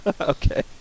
Okay